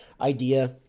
idea